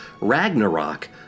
Ragnarok